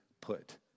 put